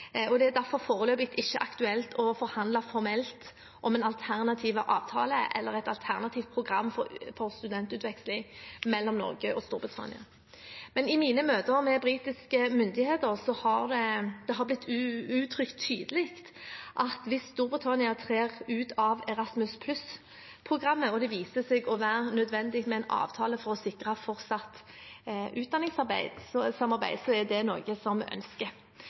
Det er derfor foreløpig ikke aktuelt å forhandle formelt om en alternativ avtale eller et alternativt program for studentutveksling mellom Norge og Storbritannia. Men i mine møter med britiske myndigheter har det blitt uttrykt tydelig at hvis Storbritannia trer ut av Erasmus+-programmet og det viser seg å være nødvendig med en avtale for å sikre fortsatt utdanningssamarbeid, er det noe som vi ønsker. Britene har på sin side gjort det klart at de også ønsker